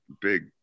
big